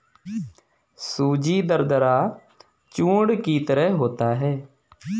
सूजी दरदरा चूर्ण की तरह होता है